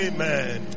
Amen